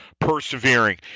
persevering